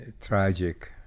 tragic